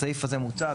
בסעיף הזה מוצע,